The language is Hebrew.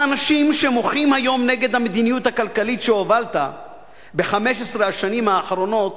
האנשים שמוחים היום נגד המדיניות הכלכלית שהובלת ב-15 השנים האחרונות